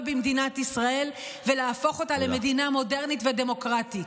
במדינת ישראל ולהפוך אותה למדינה מודרנית ודמוקרטית.